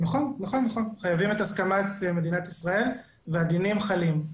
נכון, חייבים את הסכמת מדינת ישראל והדינים חלים.